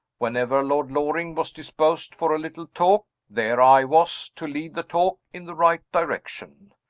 whenever lord loring was disposed for a little talk, there i was, to lead the talk in the right direction.